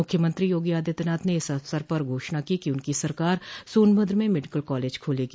मुख्यमंत्री योगी आदित्यनाथ ने इस अवसर पर घोषणा की कि उनकी सरकार सोनभद्र में मेडिकल कॉलेज खोलेगी